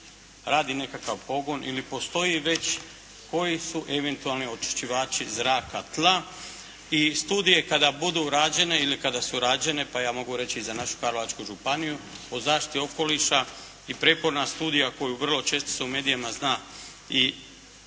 radi nekakav pogon ili postoji već koji su eventualni onečišćivači zraka, tla i studije kada budu rađene ili kada su rađene, pa ja mogu reći i za našu Karlovačku županiju o zaštiti okoliša i prijeporna studija koju vrlo često u medijima zna i